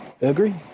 agree